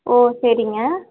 ஓ சரிங்க